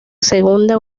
segunda